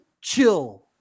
chill